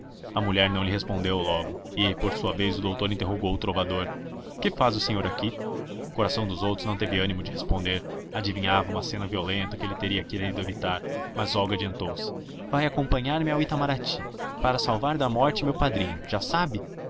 a mulher não lhe respondeu logo e por sua vez o doutor interrogou o trovador que faz o senhor aqui coração dos outros não teve ânimo de responder adivinhava uma cena violenta que ele teria querido evitar mas olga adiantou-se vai acompanhar-me ao itamarati para salvar da morte meu padrinho já sabe